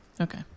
okay